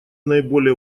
наиболее